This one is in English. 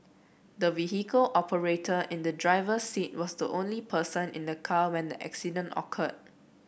the vehicle operator in the driver's seat was the only person in the car when the accident occurred